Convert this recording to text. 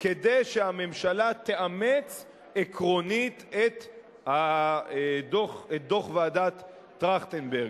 כדי שהממשלה תאמץ עקרונית את דוח ועדת-טרכטנברג.